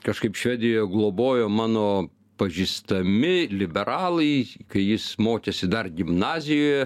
kažkaip švedijoje globojo mano pažįstami liberalai kai jis mokėsi dar gimnazijoje